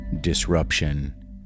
disruption